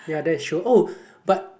ya that is true oh but